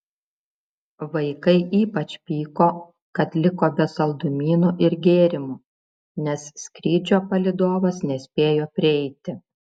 vaikai ypač pyko kad liko be saldumynų ir gėrimų nes skrydžio palydovas nespėjo prieiti